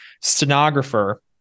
stenographer